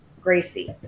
Gracie